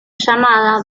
llamada